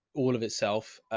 all of itself.